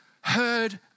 heard